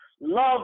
love